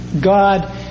God